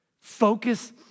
Focus